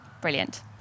Brilliant